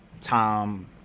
Tom